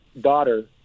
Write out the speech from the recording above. daughter